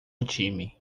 time